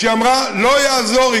היא אמרה: לא יעזור,